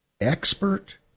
expert